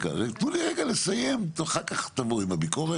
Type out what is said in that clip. תנו לי רגע לסיים, ואחר כך תבואו עם הביקורת.